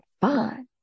fun